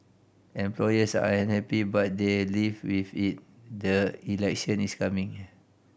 employers are unhappy but they live with it the election is coming